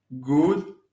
good